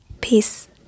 Peace